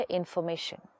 information